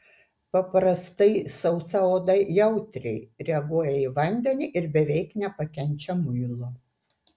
paprastai sausa oda jautriai reaguoja į vandenį ir beveik nepakenčia muilo